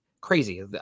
Crazy